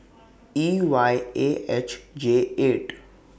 E Y A H J eight